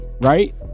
Right